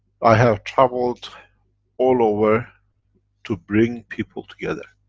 i have traveled all over to bring people together.